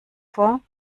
vor